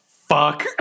fuck